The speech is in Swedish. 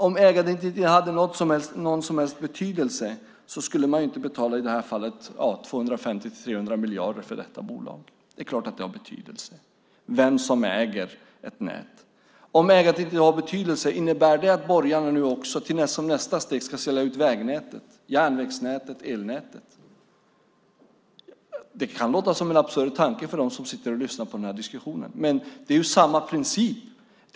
Om ägandet inte hade någon som helst betydelse skulle man inte som i detta fall betala 250-300 miljarder för detta bolag. Det är klart att det har betydelse vem som äger ett nät. Om ägandet inte har någon betydelse, innebär det att borgarna nu också som nästa steg ska sälja ut vägnätet, järnvägsnätet och elnätet? Det kan låta som en absurd tanke för dem som sitter och lyssnar på den här diskussionen. Men det är samma princip.